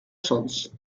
sons